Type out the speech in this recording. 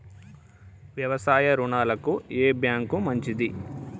వ్యవసాయ రుణాలకు ఏ బ్యాంక్ మంచిది?